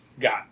got